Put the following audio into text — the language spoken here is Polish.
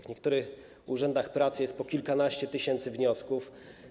W niektórych urzędach pracy jest po kilkanaście tysięcy wniosków.